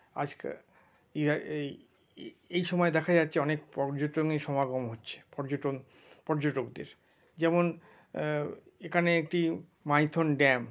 আসছে এই সময় দেখা যাচ্ছে অনেক পর্যটন সমাগম হচ্ছে পর্যটন পর্যটকদের যেমন এখানে একটি মাইথন ড্যাম